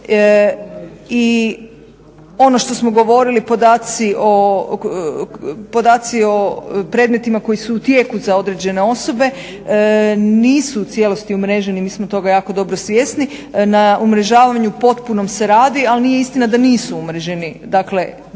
I ono što smo govorili podaci o predmetima koji su u tijeku za određene osobe nisu u cijelosti umreženi, mi smo toga jako dobro svjesni. Na umrežavanju potpunom se radi, ali nije istina da nisu umreženi. Dakle, dio